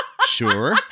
sure